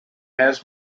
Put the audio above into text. has